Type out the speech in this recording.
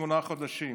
שמונה חודשים.